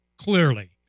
Clearly